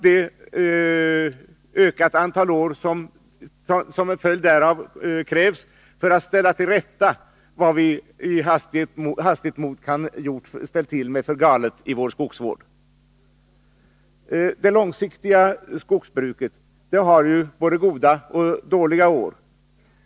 Därav följer att det tar många år att ställa till rätta vad vi i hastigt mod kan ha gjort fel i vår skogsvård. Det långsiktiga skogsbruket har både goda och dåliga år.